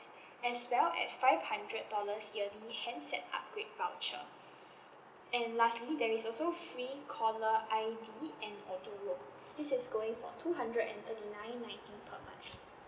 as well as five hundred dollars yearly handset upgrade voucher and lastly there is also free caller I_D and auto roam this is going for two hundred and thirty nine ninety per month